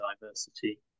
diversity